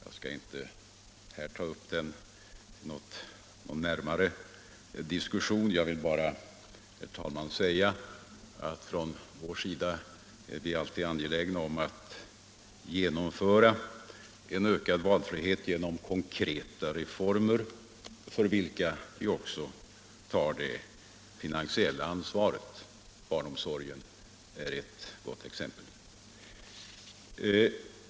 Jag skall här inte ta upp det anförda till närmare diskussion utan vill bara säga att från vår sida är vi alltid angelägna om att genomföra en ökad valfrihet genom konkreta reformer för vilka vi också tar det finansiella ansvaret. Barnomsorgen är där ett gott exempel.